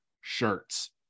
shirts